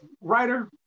writer